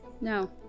No